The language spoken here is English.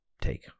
take